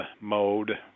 mode